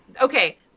okay